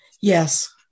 Yes